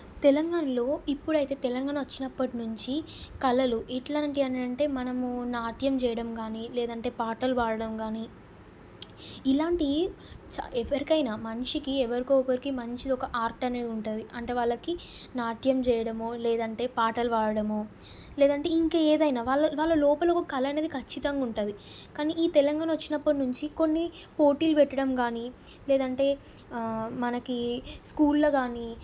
తెలంగాణలో ఇప్పుడు అయితే తెలంగాణ వచ్చినప్పటి నుంచి కళలు ఎట్లాంటివి అని అంటే మనము నాట్యం చేయడం గానీ లేదంటే పాటలు పాడడం గానీ ఇలాంటివి చ ఎవరికైనా మనిషికి ఎవరికో ఒకరికి మంచి ఒక ఆర్ట్ అనేది ఉంటుంది అంటే వాళ్ళకి నాట్యం చెయ్యడమో లేదంటే పాటలు పాడడమో లేదంటే ఇంకా ఏదైనా వాళ్ళ వాళ్ళ లోపల కళ అనేది ఖచ్చితంగా ఉంటుంది కానీ ఈ తెలంగాణ వచ్చినప్పుడు నుంచి కొన్ని పోటీలు పెట్టడం గానీ లేదంటే మనకి స్కూల్లో గానీ